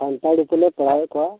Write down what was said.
ᱯᱟᱲᱦᱟᱣᱮᱫ ᱠᱚᱣᱟ